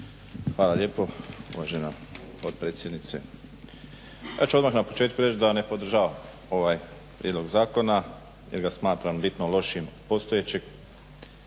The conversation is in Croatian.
Hvala lijepo uvažena potpredsjednice. Ja ću odmah na početku reći da ne podržavam ovaj prijedlog zakona, jer ga smatram bitno lošijim od postojećeg.